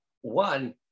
one